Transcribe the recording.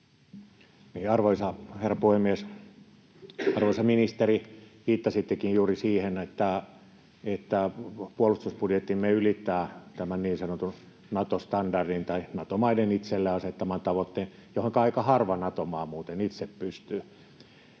Arvoisa herra puhemies! Arvoisa ministeri, viittasittekin juuri siihen, että puolustusbudjettimme ylittää tämän niin sanotun Nato-standardin tai Nato-maiden itselleen asettaman tavoitteen, johonka aika harva Nato-maa muuten itse pystyy.